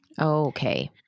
Okay